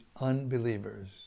unbelievers